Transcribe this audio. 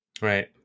right